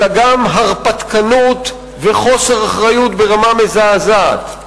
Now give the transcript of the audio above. אלא גם הרפתקנות וחוסר אחריות ברמה מזעזעת.